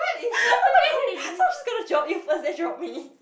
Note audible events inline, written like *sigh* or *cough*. *laughs* oh my god *laughs* so she's gonna drop you first then drop me